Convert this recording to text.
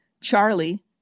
Charlie